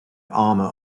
armor